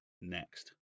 next